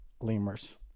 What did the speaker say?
Lemurs